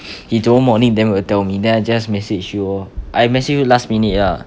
he tomorrow morning then will tell me then I just message you lor I message you last minute ah